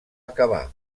acabar